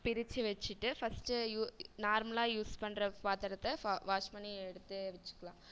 பிரிச்சு வச்சுட்டு first you நார்மலாக யூஸ் பண்ணுற பாத்திரத்தை வாஷ் பண்ணி எடுத்து வச்சுக்கலாம்